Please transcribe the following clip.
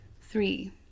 Three